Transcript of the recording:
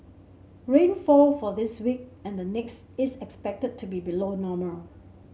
rainfall for this week and the next is expected to be below normal